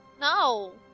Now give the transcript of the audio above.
No